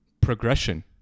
progression